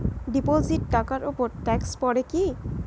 Deposit টাকার উপর tax পড়ে কি?